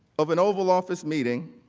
of an oval office meeting